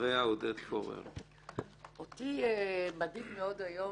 אותי מדאיג מאוד היום,